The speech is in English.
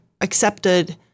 accepted